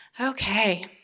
Okay